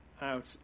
out